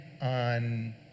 on